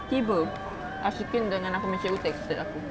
tiba ashikin dengan aku punya cikgu texted aku